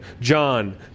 John